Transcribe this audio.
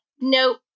nope